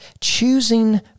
Choosing